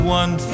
one